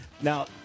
Now